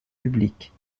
publiques